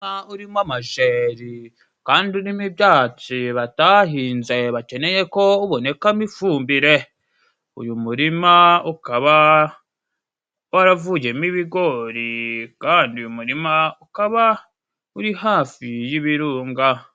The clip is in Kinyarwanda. Umurima urimo amajeri kandi urimo ibyatsi batahinze bakeneye ko ubonekamo ifumbire. Uyu murima ukaba waravuyemo ibigori, kandi uyu murima ukaba uri hafi y'ibirunga.